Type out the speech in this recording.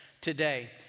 today